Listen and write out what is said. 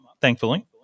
thankfully